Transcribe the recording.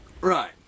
Right